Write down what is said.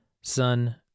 Son